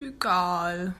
egal